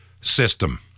system